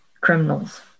criminals